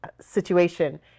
situation